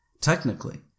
technically